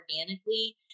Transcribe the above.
organically